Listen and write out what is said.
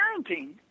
parenting